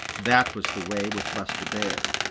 that was the way with buster bear.